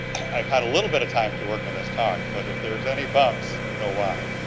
i've had a little bit of time to work on this talk, but if there's any bumps, you know why.